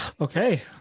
Okay